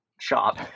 shop